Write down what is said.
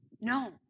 No